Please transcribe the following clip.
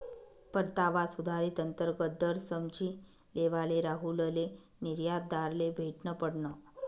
परतावाना सुधारित अंतर्गत दर समझी लेवाले राहुलले निर्यातदारले भेटनं पडनं